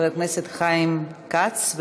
חבר הכנסת חיים כץ.